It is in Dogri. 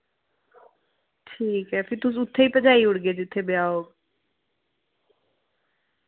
ठीक ऐ फिर तुस उत्थै पजाई ओड़गे जित्थै ब्याह् होग